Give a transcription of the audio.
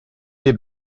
les